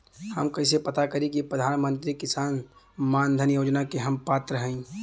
हम कइसे पता करी कि प्रधान मंत्री किसान मानधन योजना के हम पात्र हई?